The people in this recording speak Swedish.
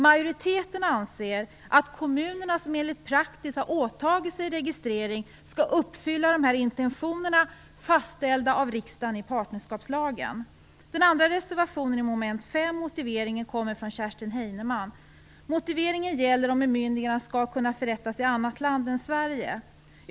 Majoriteten anser att kommunerna, som enligt praxis har åtagit sig registrering, skall uppfylla de intentioner i partnerskapslagen som har fastställts av riksdagen. I den andra reservationen, mom. 5, har motiveringen avgetts av Kerstin Heinemann. Motiveringen gäller om bemyndigande skall kunna ges i annat land än Sverige.